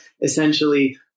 essentially